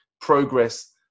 progress